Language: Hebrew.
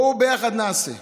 בואו נעשה ביחד.